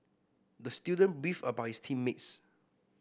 the student beefed about his team mates